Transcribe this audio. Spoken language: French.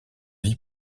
vie